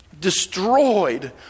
destroyed